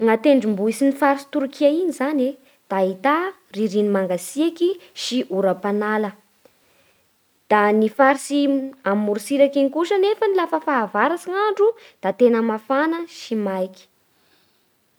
Ny an-tendrombohitsy ny farits'i Torkia iny zany e da ahità ririny mangatsiaky sy oram-panala. Da ny faritsy amorotsiraky iny kosa anefany lafa fahavaratsy ny andro da tena mafana sy maiky.